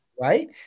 Right